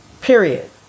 Period